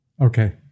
Okay